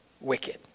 wicked